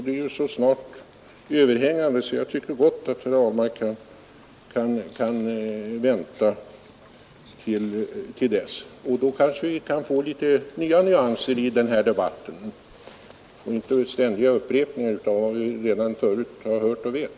Det är så kort tid som återstår att jag tycker att herr Ahlmark gott kan vänta till dess promemorian föreligger, och då kan vi kanske få litet nya nyanser i den här debatten och inte ständiga upprepningar av vad vi förut har hört och vet.